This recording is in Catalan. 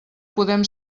podem